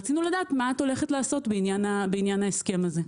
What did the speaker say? רצינו לדעת מה את הולכת לעשות בעניין ההסכם הזה.